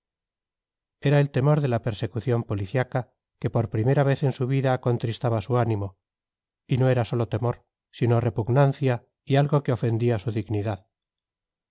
era el temor de la persecución policiaca que por primera vez en su vida contristaba su ánimo y no era sólo temor sino repugnancia y algo que ofendía su dignidad